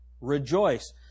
rejoice